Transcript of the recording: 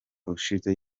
ushize